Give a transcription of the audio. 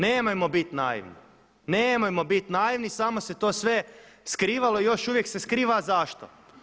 Nemojmo biti naivni, nemojmo biti naivni samo se to sve skrivalo i još uvijek se skriva a zašto?